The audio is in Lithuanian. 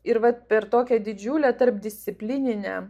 ir vat per tokią didžiulę tarpdisciplininę